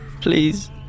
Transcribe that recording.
Please